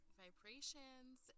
vibrations